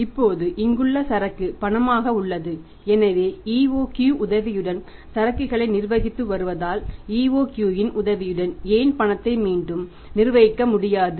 இப்போது இங்குள்ள சரக்கு பணமாக உள்ளது எனவே EOQ உதவியுடன் சரக்குகளை நிர்வகித்து வருவதால் EOQயின் உதவியுடன் ஏன் பணத்தை மீண்டும் நிர்வகிக்க முடியாது